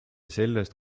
sellest